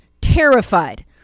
terrified